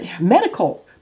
Medical